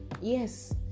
yes